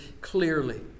clearly